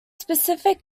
specific